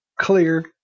clear